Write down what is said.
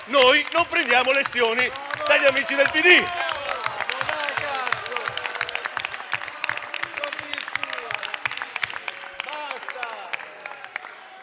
noi non prendiamo lezioni dagli amici del PD.